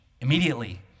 immediately